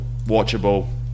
Watchable